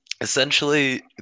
essentially